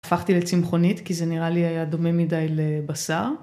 הפכתי לצמחונית כי זה נראה לי היה דומה מדי לבשר.